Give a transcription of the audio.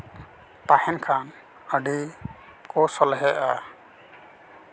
ᱛᱟᱦᱮᱱ ᱠᱷᱟᱱ ᱟᱹᱰᱤ ᱠᱚ ᱥᱚᱞᱦᱮᱜᱼᱟ